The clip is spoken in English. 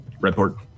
Redport